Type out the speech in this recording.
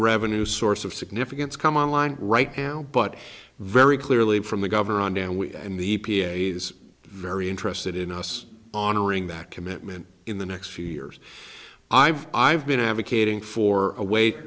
revenue source of significance come online right now but very clearly from the government and we and the p a he's very interested in us honoring that commitment in the next few years i've i've been advocating for a weight